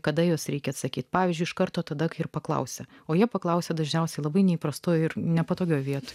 kada jos reikia atsakyti pavyzdžiui iš karto tada kai ir paklausia o jie paklausia dažniausiai labai neįprastoje ir nepatogių vietų